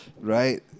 Right